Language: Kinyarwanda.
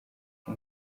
uko